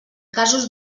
casos